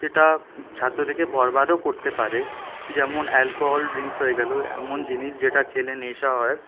যেটা ছাত্রদেরকে বরবাদও করতে পারে যেমন অ্যালকোহল ড্রিঙ্কস হয়ে গেলো এমন জিনিস যেটা খেলে নেশা হয়